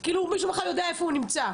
כאילו מישהו בכלל יודע איפה הוא נמצא.